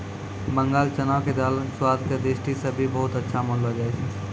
बंगाल चना के दाल स्वाद के दृष्टि सॅ भी बहुत अच्छा मानलो जाय छै